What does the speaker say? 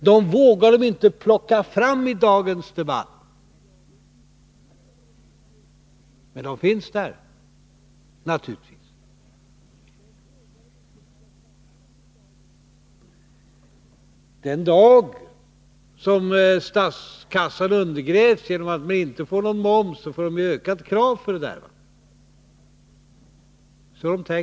Dem vågar de inte plocka fram i dagens debatt, men de finns där naturligtvis. Den dag då statskassan undergrävs genom att man inte får någon höjd moms får man ökat stöd för de kraven — det är så de tänker.